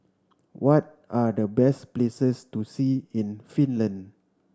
what are the best places to see in Finland